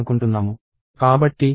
కాబట్టి N10 ని చూస్తాము